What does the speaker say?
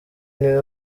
niwe